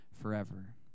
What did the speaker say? forever